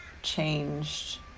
changed